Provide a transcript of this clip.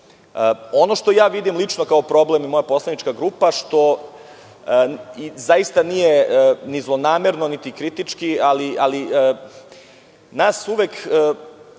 što vidim lično kao problem i moja poslanička grupa, što zaista nije ni zlonamerno, niti kritički, ali nas uvek